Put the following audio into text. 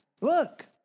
Look